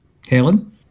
Helen